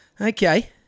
Okay